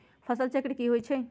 फसल चक्र की होई छै?